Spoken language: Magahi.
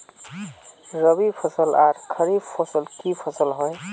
रवि फसल आर खरीफ फसल की फसल होय?